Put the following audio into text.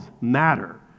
matter